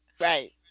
right